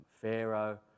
Pharaoh